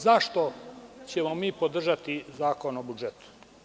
Zašto ćemo mi podržati Zakon o budžetu?